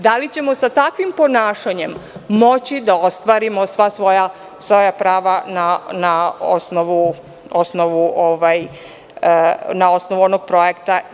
Da li ćemo sa takvim ponašanjem moći da ostavimo sva svoja prava na osnovu onog projekta?